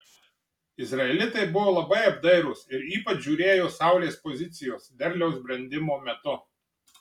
izraelitai buvo labai apdairūs ir ypač žiūrėjo saulės pozicijos derliaus brendimo metu